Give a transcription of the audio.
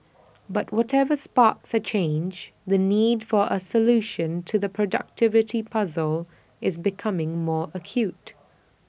but whatever sparks A change the need for A solution to the productivity puzzle is becoming more acute